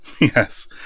Yes